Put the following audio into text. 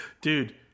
Dude